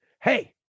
hey